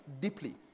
deeply